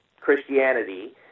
Christianity